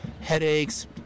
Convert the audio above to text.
headaches